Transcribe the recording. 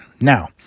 Now